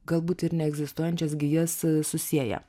galbūt ir neegzistuojančias gijas susieja